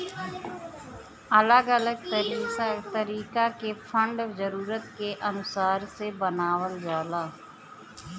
अलग अलग तरीका के फंड जरूरत के अनुसार से बनावल जाला